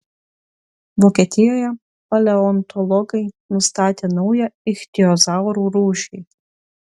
vokietijoje paleontologai nustatė naują ichtiozaurų rūšį